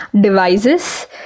devices